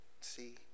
See